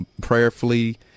prayerfully